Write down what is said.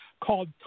called